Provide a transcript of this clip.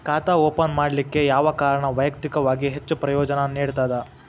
ಖಾತಾ ಓಪನ್ ಮಾಡಲಿಕ್ಕೆ ಯಾವ ಕಾರಣ ವೈಯಕ್ತಿಕವಾಗಿ ಹೆಚ್ಚು ಪ್ರಯೋಜನ ನೇಡತದ?